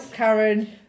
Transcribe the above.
Karen